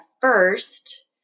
first